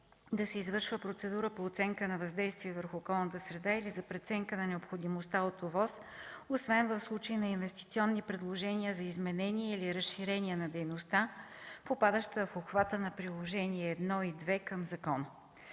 да се извършва процедура по оценка на въздействие върху околната среда или за преценка на необходимостта от ОВОС, освен в случаите на инвестиционните предложения за изменения или разширения на дейността, попадаща в обхвата на Приложение 1 и 2 към закона.